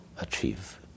achieve